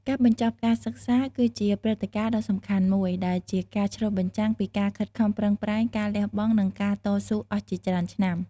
ការបញ្ចប់ការសិក្សាគឺជាព្រឹត្តិការណ៍ដ៏សំខាន់មួយ ដែលជាការឆ្លុះបញ្ចាំងពីការខិតខំប្រឹងប្រែង ការលះបង់ និងការតស៊ូអស់ជាច្រើនឆ្នាំ។